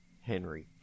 Henry